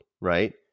right